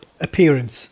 appearance